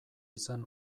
izan